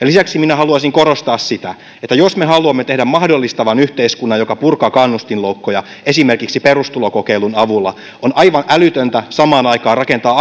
lisäksi minä haluaisin korostaa sitä että jos me haluamme tehdä mahdollistavan yhteiskunnan joka purkaa kannustinloukkuja esimerkiksi perustulokokeilun avulla on aivan älytöntä samaan aikaan rakentaa